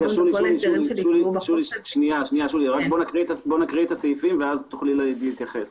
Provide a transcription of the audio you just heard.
רק בואי נקריא את הסעיפים ואז תוכלי להתייחס.